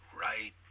right